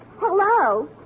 Hello